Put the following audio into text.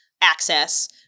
access